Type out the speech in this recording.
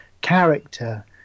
character